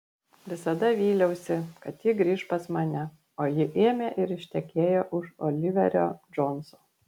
visada vyliausi kad ji grįš pas mane o ji ėmė ir ištekėjo už oliverio džonso